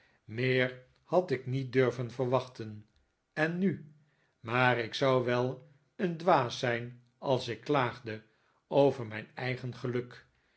meer had ik niet durven verwachten en nu maar ik zou wel een dwaas zijn als ik klaagde over mijn eigen geluk